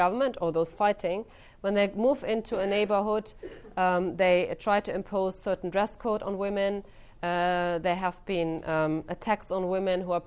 government or those fighting when they move into a neighborhood they try to impose certain dress code on women there have been attacks on women who are